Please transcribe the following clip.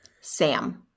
Sam